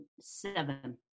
Seven